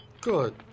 Good